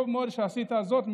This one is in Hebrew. טוב מאוד שעשית זאת,